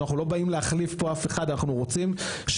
אנחנו לא באים להחליף פה אף אחד אנחנו רוצים שיעשו